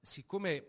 Siccome